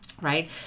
Right